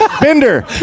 Bender